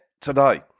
today